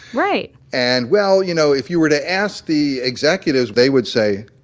right and well, you know, if you were to ask the executives, they would say,